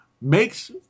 makes